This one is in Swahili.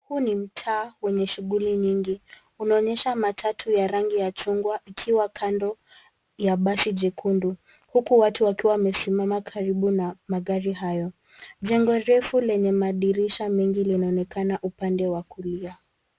Huu ni mtaa wenye shuguli nyingi unaonyesha matatu ya rangi ya chungwa ikiwa kando ya basi jekundu huku watu wakiwa wamesimama karibu na magari hayo. Jengo refu lenye madirisha mengi linaonekana upande wa kulia.